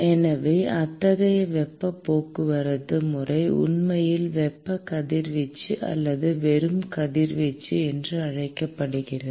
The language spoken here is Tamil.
எனவே அத்தகைய வெப்ப போக்குவரத்து முறை உண்மையில் வெப்ப கதிர்வீச்சு அல்லது வெறும் கதிர்வீச்சு என்று அழைக்கப்படுகிறது